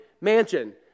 mansion